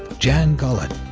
jan gullet,